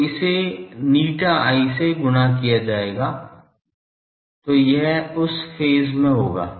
तो इसे ηi से गुणा किया जाएगा तो यह उस फेज में होगा